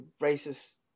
racist